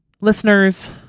listeners